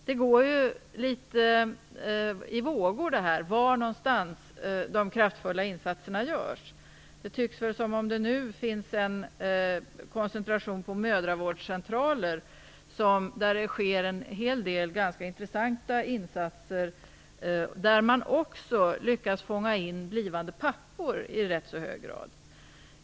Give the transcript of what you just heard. Det går litet i vågor här när det gäller var de kraftfulla insatserna görs. Nu tycks det finnas en koncentration till mödravårdscentraler där det görs en hel del ganska intressanta insatser och där man också i rätt så hög grad lyckas fånga in nyblivna pappor.